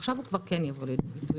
עכשיו הוא כן יבוא לידי ביטוי.